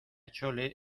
chole